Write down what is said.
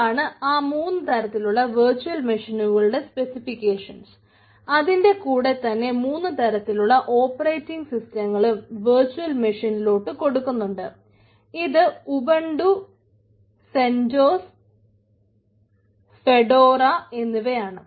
ഇതാണ് ആ മുന്നു തരത്തിലുള്ള വെർച്ച്വൽ മെഷീനുകളുടെ സ്പെസിഫിക്കേഷൻസ് എന്നിവയാണ്